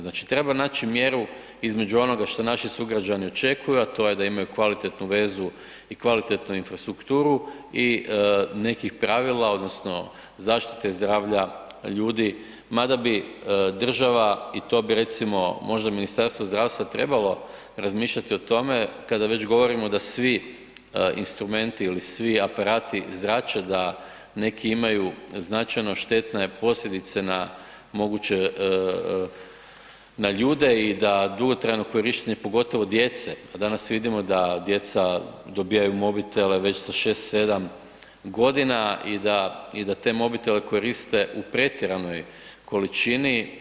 Znači, treba naći mjeru između onoga što naši sugrađani očekuju, a to je da imaju kvalitetnu vezu i kvalitetnu infrastrukturu i nekih pravila, odnosno zaštite zdravlja ljudi, mada bi država, i to bi, recimo, možda Ministarstvo zdravstva trebalo razmišljati o tome, kada već govorimo da svi instrumenti ili svi aparati zrače, da neki imaju značajno štetne posljedice na moguće, na ljude i da dugotrajno korištenje, pogotovo djece, a danas vidimo da djeca dobivaju mobitele sa 6, 7 godina i da te mobitele koriste u pretjeranoj količini.